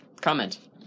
Comment